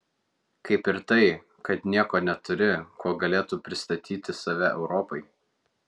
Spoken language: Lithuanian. kaip ir tai kad nieko neturi kuo galėtų pristatyti save europai